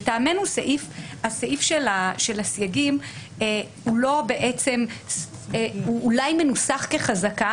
לטעמנו הסעיף של הסייגים, אולי הוא מנוסח כחזקה